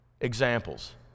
examples